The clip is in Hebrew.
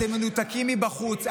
אתם מנותקים מבחוץ.